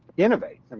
innovate. and